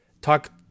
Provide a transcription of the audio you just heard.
talk